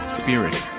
spirit